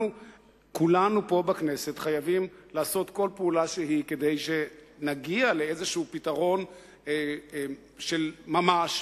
כולנו פה בכנסת חייבים לעשות כל פעולה כדי להגיע לפתרון של ממש,